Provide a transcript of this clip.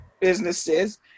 businesses